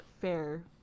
fair